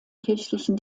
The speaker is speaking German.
kirchlichen